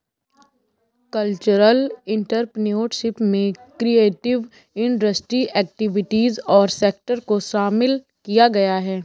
cultural entrepreneurship में creative industry activities और sector को शामिल किया गया है